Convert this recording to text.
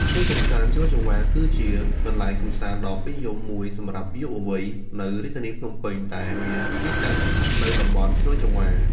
សួនកម្សាន្តជ្រោយចង្វារ គឺជាកន្លែងកម្សាន្តដ៏ពេញនិយមមួយសម្រាប់យុវវ័យនៅរាជធានីភ្នំពេញ ដែលមានទីតាំងស្ថិតនៅតំបន់ជ្រោយចង្វារ។